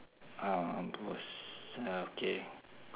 ah mampus uh okay